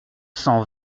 cent